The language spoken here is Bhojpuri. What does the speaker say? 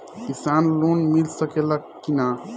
किसान लोन मिल सकेला कि न?